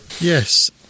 Yes